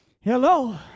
Hello